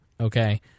Okay